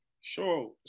Sure